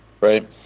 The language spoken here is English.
right